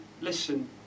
listen